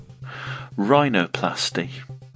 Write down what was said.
Rhinoplasty